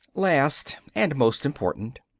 last and most important,